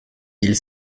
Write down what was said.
mille